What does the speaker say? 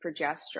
progesterone